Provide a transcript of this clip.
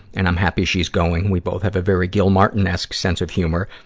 and i'm happy she's going. we both have a very gilmartin-esque sense of humor.